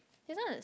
this one is